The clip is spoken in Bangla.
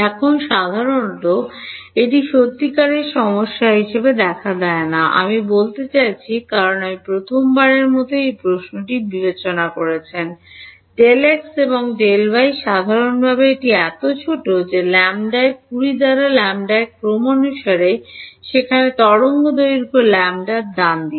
এখন সাধারণত এটি সত্যিকারের সমস্যা হিসাবে দেখা দেয় না আমি বলতে চাইছি কারণ আপনি প্রথমবারের মতো এই প্রশ্নটি বিবেচনা করছেন Δx এবং Δy সাধারণত এগুলি এত ছোট সেখানে ল্যাম্বডায় ২০ দ্বারা ল্যাম্বডায়ার ক্রম অনুসারে যেখানে তরঙ্গদৈর্ঘ্য ল্যাম্বদা ডানদিকে